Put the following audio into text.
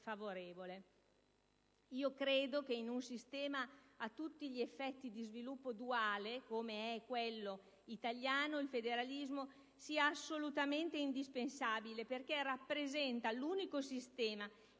favorevole. Io credo che in un sistema a tutti gli effetti di sviluppo duale, come è quello italiano, il federalismo sia assolutamente indispensabile perché rappresenta l'unico sistema in